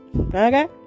Okay